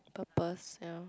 purpose ya